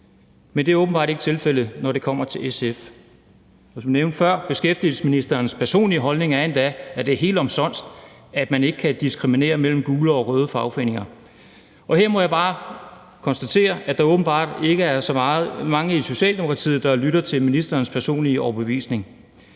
Men det er åbenbart ikke tilfældet, når det kommer til SF. Som jeg nævnte før, er beskæftigelsesministerens personlige holdning endda, at det er helt omsonst, at man ikke kan diskriminere mellem gule og røde fagforeninger. Her må jeg bare konstatere, at der åbenbart ikke er så mange i Socialdemokratiet, der lytter til ministerens personlige overbevisning.